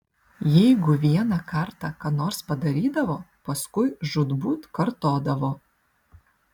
jeigu vieną kartą ką nors padarydavo paskui žūtbūt kartodavo